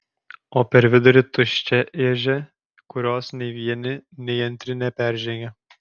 o per vidurį tuščia ežia kurios nei vieni nei antri neperžengia